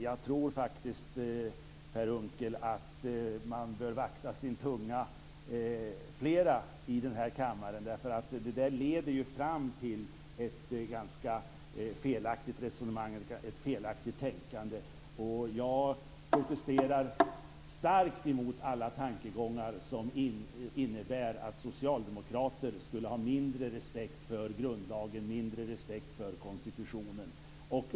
Jag tror faktiskt, Per Unckel, att det är flera i den här kammaren som bör vakta sin tunga. Det där leder fram till ett felaktigt tänkande. Jag protesterar starkt emot alla tankegångar som innebär att socialdemokrater skulle ha mindre respekt för grundlagen och mindre respekt för konstitutionen.